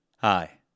Hi